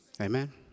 amen